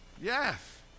Yes